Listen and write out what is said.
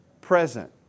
present